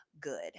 good